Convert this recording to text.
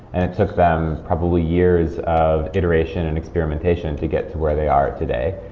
and it took them probably years of iteration and experimentation to get to where they are today.